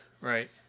Right